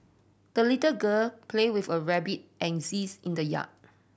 the little girl play with a rabbit and geese in the yard